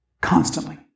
Constantly